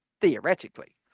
Theoretically